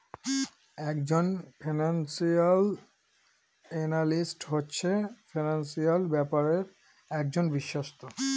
এক জন financial analyst হচ্ছে ফিনান্সিয়াল ব্যাপারের একজন বিশষজ্ঞ